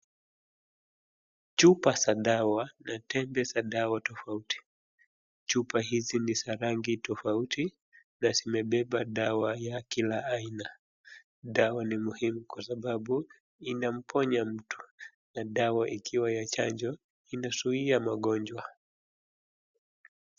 Chupa za dawa na tembe za dawa tofauti, chupa hizi ni za rangi tofauti na zimebeba dawa ya kila aina. Dawa ni muhimu kwa sababu inamponya mtu. Na dawa ikiwa ya chanjo inazuia magonjwa.